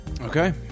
Okay